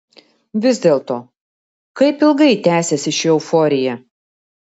vis dėlto kaip ilgai tęsiasi ši euforija